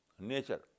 nature